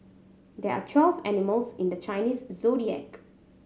there are twelve animals in the Chinese Zodiac